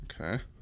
Okay